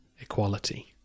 equality